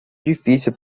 difícil